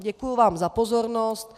Děkuju vám za pozornost.